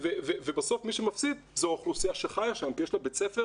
בסוף מי שמפסיד זו האוכלוסייה שחיה שם כי יש לה בית ספר